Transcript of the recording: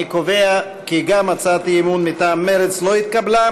אני קובע כי גם הצעת האי-אמון מטעם מרצ לא נתקבלה.